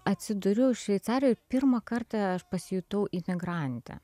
atsiduriu šveicarijoj ir pirmą kartą aš pasijutau imigrantė